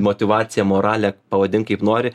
motyvaciją moralę pavadink kaip nori